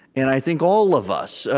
and i think all of us,